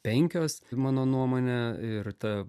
penkios mano nuomone ir ta